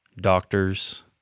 doctors